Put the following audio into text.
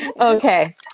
Okay